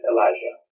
Elijah